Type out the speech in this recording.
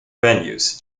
venues